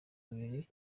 abiri